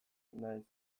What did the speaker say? nahiz